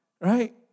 right